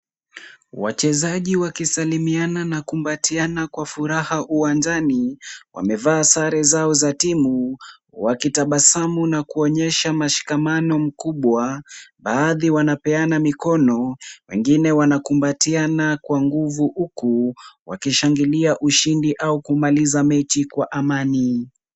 Wachezaji wakisalimiana na kumbatiana kwa furaha uwanjani wamevaa sare zao za timu wakitabasamu na kuonyesha mashikamano makubwa. Baadhi wanapeana mikono, wengine wanakumbatiana kwa nguvu huku wakishangilia ushindi au kumaliza mechi kwa amani.